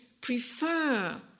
prefer